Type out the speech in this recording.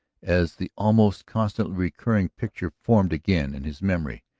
as the almost constantly recurring picture formed again in his memory.